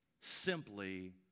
simply